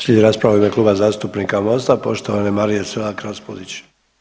Slijedi rasprava u ime Kluba zastupnika MOST-a poštovane Marije Selak Raspudić.